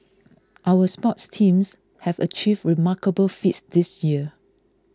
our sports teams have achieved remarkable feats this year